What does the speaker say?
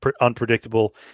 unpredictable